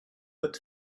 but